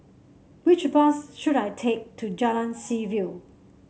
which bus should I take to Jalan Seaview